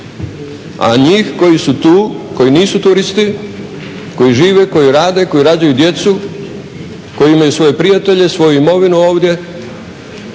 a njih koji su tu koji nisu turisti, koji žive, koji rade, koji rađaju djecu, koji imaju svoje prijatelje i svoju imovinu ovdje